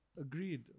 Agreed